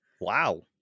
Wow